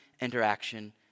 interaction